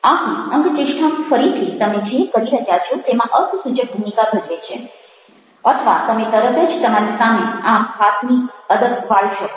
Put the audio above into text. આથી અંગચેષ્ટા ફરીથી તમે જે કરી રહ્યા છો તેમાં અર્થસૂચક ભૂમિકા ભજવે છે અથવા તમે તરત જ તમારી સામે આમ હાથની અદબ વાળી શકો